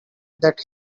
that